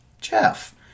jeff